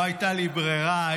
לא הייתה לי ברירה,